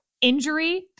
injury